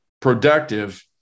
productive